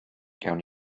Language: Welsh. gawn